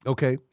Okay